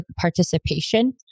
participation